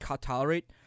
tolerate